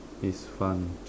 is fun